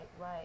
right